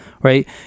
right